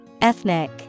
Ethnic